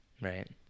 Right